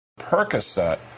Percocet